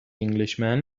englishman